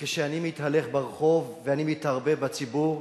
כשאני מתהלך ברחוב ואני מתערבב בציבור,